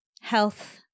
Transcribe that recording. health